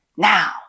Now